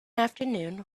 afternoon